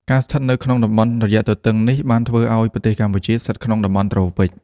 ការស្ថិតនៅក្នុងតំបន់រយៈទទឹងនេះបានធ្វើឲ្យប្រទេសកម្ពុជាស្ថិតក្នុងតំបន់ត្រូពិច។